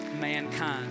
mankind